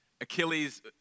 Achilles